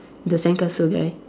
the sandcastle guy